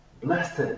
blessed